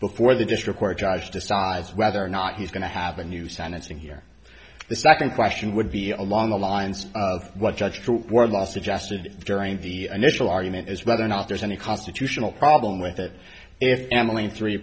before the district court judge decides whether or not he's going to have a new sentencing here the second question would be along the lines of what judge what a loss adjuster during the initial argument is whether or not there's any constitutional problem with that if